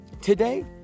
Today